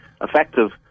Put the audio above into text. effective